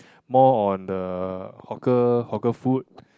more on the hawker hawker food